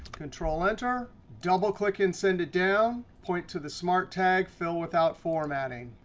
control-enter, double click, and send it down. point to the smart tag, fill without formatting.